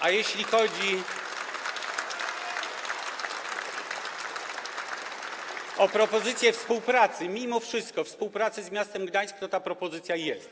A jeśli chodzi o propozycję współpracy, mimo wszystko współpracy, z miastem Gdańsk, to ta propozycja jest.